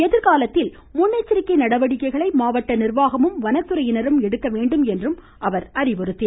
எதிர்காலத்தில் முன்னெச்சரிக்கை நடவடிக்கைகளை மாவட்ட நிர்வாகமும் வனத்துறையினரும் எடுக்கவேண்டும் என அவர் குறிப்பிட்டார்